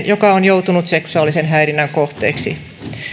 joka on joutunut seksuaalisen häirinnän kohteeksi